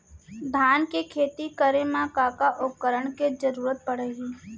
धान के खेती करे मा का का उपकरण के जरूरत पड़हि?